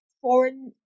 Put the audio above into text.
foreign